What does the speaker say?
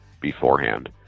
beforehand